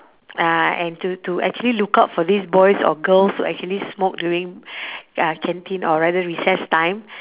uh and to to actually look out for these boys or girls who actually smoke during uh canteen or rather recess time